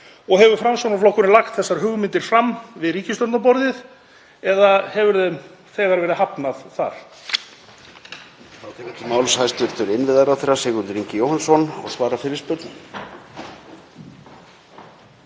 Hefur Framsóknarflokkurinn lagt þessar hugmyndir fram við ríkisstjórnarborðið eða hefur þeim þegar verið hafnað þar?